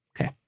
Okay